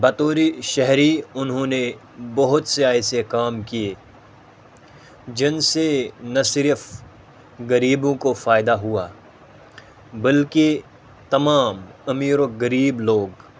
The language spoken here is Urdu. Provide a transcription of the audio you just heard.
بطور شہری انہوں نے بہت سے ایسے کام کیے جن سے نہ صرف غریبوں کو فائدہ ہوا بلکہ تمام امیر و غریب لوگ